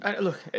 Look